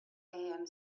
amc